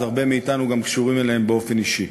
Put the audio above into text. אז הרבה מאתנו גם קשורים אליהם באופן אישי.